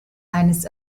eines